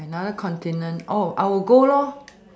another continent I will go